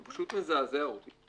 הוא פשוט מזעזע אותי.